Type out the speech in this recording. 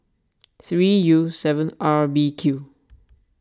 three U seven R B Q